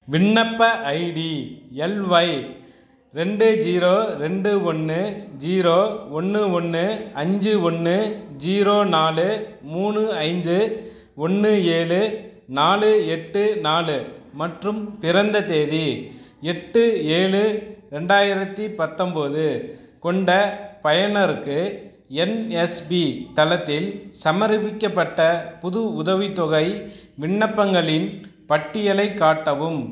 விண்ணப்ப ID L Y ரெண்டு zero ரெண்டு ஒன்று ஜீரோ ஒன்று ஒன்று அஞ்சு ஒன்று ஜீரோ நாலு மூணு ஐந்து ஒன்று ஏழு நாலு எட்டு நாலு மற்றும் பிறந்த தேதி எட்டு ஏழு ரெண்டாயிரத்தி பத்தொம்போது கொண்ட பயனருக்கு என்எஸ்பி தளத்தில் சமர்ப்பிக்கப்பட்ட புது உதவித்தொகை விண்ணப்பங்களின் பட்டியலைக் காட்டவும்